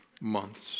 months